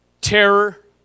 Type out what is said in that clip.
terror